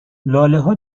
لالهها